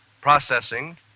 processing